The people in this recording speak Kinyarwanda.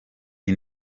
nti